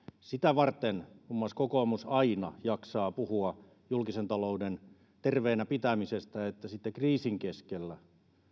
sitä varten muun muassa kokoomus aina jaksaa puhua julkisen talouden terveenä pitämisestä että sitten kriisin keskellä